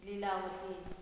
Lilavati